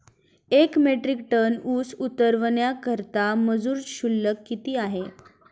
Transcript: एक metric ton ऊस उतरवण्याकरता मजूर शुल्क किती आहे?